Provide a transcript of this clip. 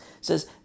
says